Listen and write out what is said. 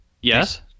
Yes